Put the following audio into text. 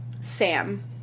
Sam